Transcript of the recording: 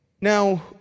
Now